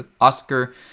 Oscar